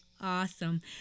Awesome